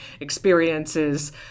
experiences